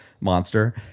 monster